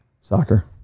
Soccer